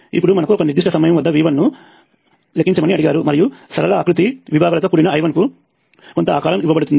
ఇప్పుడు మనకు ఒక నిర్దిష్ట సమయం వద్ద V1 ను లెక్కించమని అడిగారు మరియు సరళ ఆకృతి విభాగాలతో కూడిన I1 కు కొంత ఆకారం ఇవ్వబడుతుంది